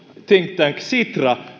think tank sitra